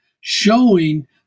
showing